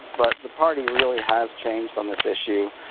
but the party really has changed on this issue.